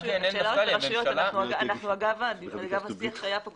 אגב השיח שהיה כאן